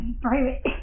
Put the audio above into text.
private